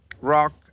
rock